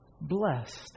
blessed